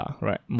right